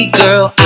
girl